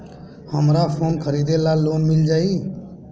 हमरा फोन खरीदे ला लोन मिल जायी?